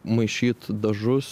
maišyt dažus